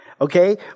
Okay